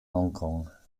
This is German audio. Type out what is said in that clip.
hongkong